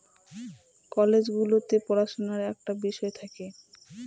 college গুলোতে পড়াশুনার একটা বিষয় থাকে